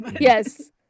Yes